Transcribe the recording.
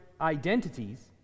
identities